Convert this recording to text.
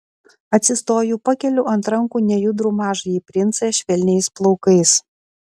atsistoju pakeliu ant rankų nejudrų mažąjį princą švelniais plaukais